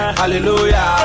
hallelujah